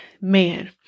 man